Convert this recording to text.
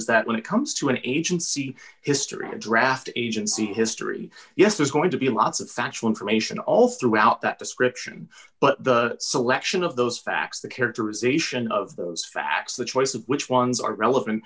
is that when it comes to an agency history a draft agency history yes there's going to be lots of factual information all throughout that description but the selection of those facts the characterization of those facts the choice of which ones are relevant